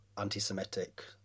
anti-Semitic